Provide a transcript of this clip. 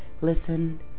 Listen